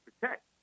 protect